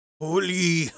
Holy